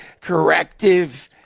corrective